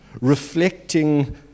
reflecting